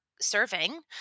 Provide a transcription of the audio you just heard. serving